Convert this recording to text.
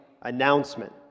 announcement